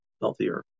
healthier